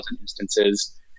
instances